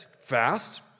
fast